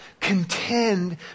Contend